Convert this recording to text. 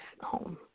home